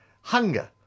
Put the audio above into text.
Hunger